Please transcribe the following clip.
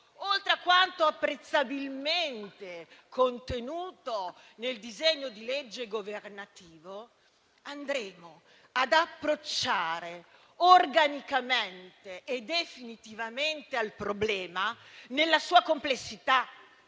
oltre a quanto apprezzabilmente contenuto nel disegno di legge governativo - andremmo ad approcciare organicamente e definitivamente il problema nella sua complessità,